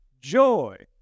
joy